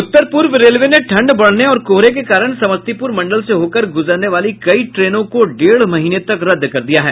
उत्तर पूर्व रेलवे ने ठंड बढ़ने और कोहरे के कारण समस्तीपूर मंडल से होकर गुजरने वाली कई ट्रेनों को डेढ़ महीने तक रद्द कर दिया है